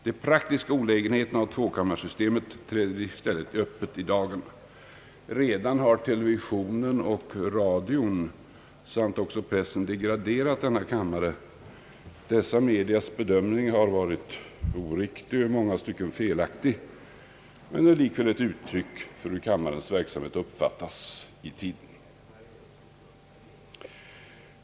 De praktiska olägenheterna av tvåkammarsystemet träder i stället öppet i dagen. Redan har televisionen och radion samt också pressen degraderat denna kammare; dessa medias bedömning har varit oriktig och i många stycken felaktig men är likväl ett uttryck för hur kammarens verksamhet uppfattas i tiden.